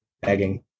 begging